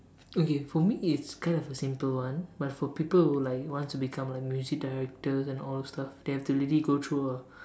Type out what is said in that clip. okay for me is kind of a simple one but for people who like want to become like music director and all those stuff they have to really go through a